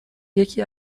یکی